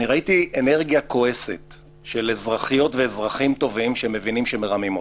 ראיתי אנרגיה כועסת של אזרחיות ואזרחים טובים שמבינים שמרמים אותם.